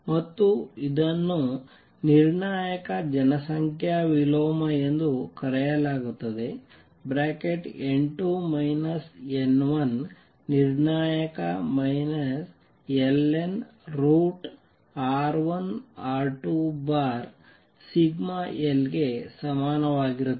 ಮತ್ತು ಇದನ್ನು ನಿರ್ಣಾಯಕ ಜನಸಂಖ್ಯಾ ವಿಲೋಮ ಎಂದು ಕರೆಯಲಾಗುತ್ತದೆ n2 n1 ನಿರ್ಣಾಯಕ ln√ σl ಗೆ ಸಮಾನವಾಗಿರುತ್ತದೆ